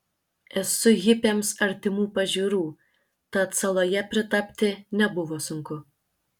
esu hipiams artimų pažiūrų tad saloje pritapti nebuvo sunku